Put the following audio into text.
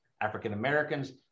African-Americans